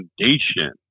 foundation